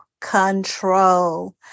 control